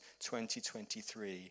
2023